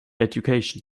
education